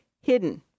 hidden